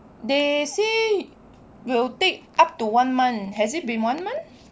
they say will take up to one month has it been one month